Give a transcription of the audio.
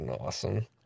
awesome